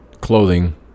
clothing